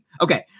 Okay